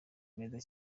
meza